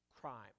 crime